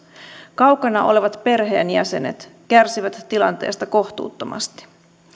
kaukana olevat perheenjäsenet kärsivät tilanteesta kohtuuttomasti